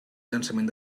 llançament